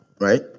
right